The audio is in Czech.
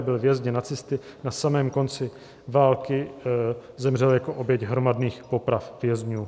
Byl vězněn nacisty, na samém konci války zemřel jako oběť hromadných poprav vězňů.